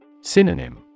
Synonym